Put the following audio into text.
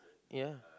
ya